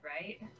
right